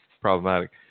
problematic